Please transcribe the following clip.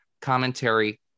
commentary